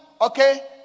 Okay